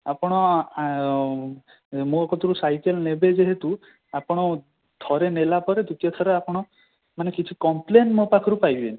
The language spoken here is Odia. ଆପଣ ମୋ କତରୁ ସାଇକେଲ ନେବେ ଯେହେତୁ ଆପଣ ଥରେ ନେଲା ପରେ ଦ୍ଵିତୀୟଥର ଆପଣ ମାନେ କିଛି କମ୍ପଲେନ୍ ମୋ ପାଖରୁ ପାଇବେନି